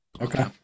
Okay